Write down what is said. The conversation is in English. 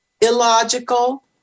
illogical